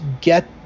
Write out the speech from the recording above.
get